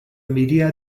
media